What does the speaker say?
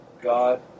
God